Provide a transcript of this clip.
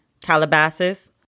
Calabasas